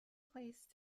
place